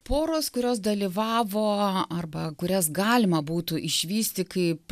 poros kurios dalyvavo arba kurias galima būtų išvysti kaip